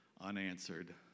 unanswered